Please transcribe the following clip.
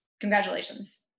congratulations